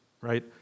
right